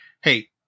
Hey